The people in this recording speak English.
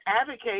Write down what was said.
advocate